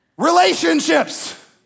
Relationships